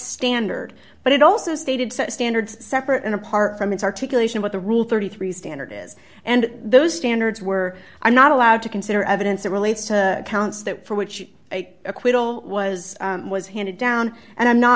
standard but it also stated set standards separate and apart from its articulation what the rule thirty three dollars standard is and those standards were i'm not allowed to consider evidence that relates to counts that for which acquittal was was handed down and i'm not